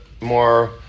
more